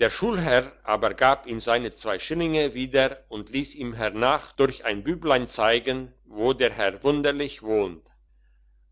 der schulherr aber gab ihm seine zwei schillinge wieder und liess ihm hernach durch ein büblein zeigen wo der herr wunderlich wohnt